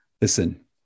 Listen